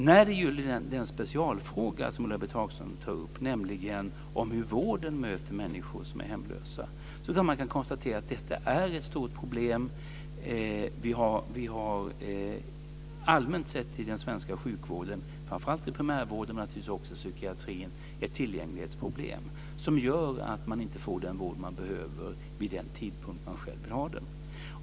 När det gäller den specialfråga som Ulla-Britt Hagström tar upp, nämligen hur vården möter människor som är hemlösa, kan jag konstatera att detta är ett stort problem. Vi har allmänt sett i den svenska sjukvården, framför allt i primärvården men naturligtvis också inom psykiatrin, ett tillgänglighetsproblem som gör att man inte får den vård man behöver vid den tidpunkt man själv vill ha den.